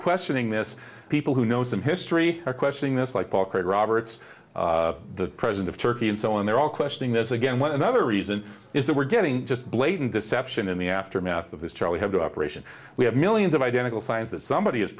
questioning this people who knows them history are questioning this like paul craig roberts the president of turkey and so on they're all questioning this again what another reason is that we're getting just blatant deception in the aftermath of this charlie have the operation we have millions of identical signs that somebody